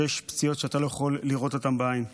יש פציעות שאתה לא יכול לראות אותן בעין,